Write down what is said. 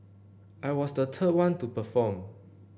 I was the third one to perform